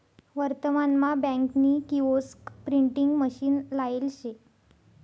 वर्तमान मा बँक नी किओस्क प्रिंटिंग मशीन लायेल शे